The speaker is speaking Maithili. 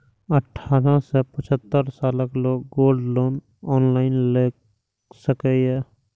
अठारह सं पचहत्तर सालक लोग गोल्ड लोन ऑनलाइन लए सकैए